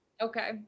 Okay